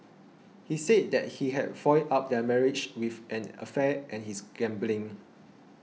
he said that he had fouled up their marriage with an affair and his gambling